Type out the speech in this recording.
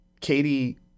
Katie